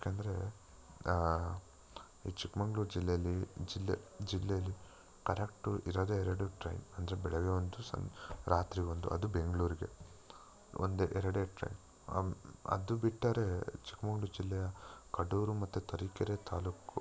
ಯಾಕೆಂದ್ರೆ ಈ ಚಿಕ್ಮಂಗ್ಳೂರ್ ಜಿಲ್ಲೆಯಲ್ಲಿ ಜಿಲ್ಲೆ ಜಿಲ್ಲೆಯಲ್ಲಿ ಕರೆಕ್ಟು ಇರೋದೇ ಎರಡು ಟ್ರೈನ್ ಅಂದರೆ ಬೆಳಗ್ಗೆ ಒಂದು ಸಂ ರಾತ್ರಿ ಒಂದು ಅದು ಬೆಂಗ್ಳೂರಿಗೆ ಒಂದೇ ಎರಡೇ ಟ್ರೈನ್ ಅದು ಬಿಟ್ಟರೇ ಚಿಕ್ಕಮಂಗ್ಳೂರು ಜಿಲ್ಲೆಯ ಕಡೂರು ಮತ್ತು ತರೀಕೆರೆ ತಾಲೂಕು